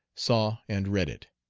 saw and read it.